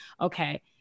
okay